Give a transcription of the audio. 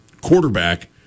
quarterback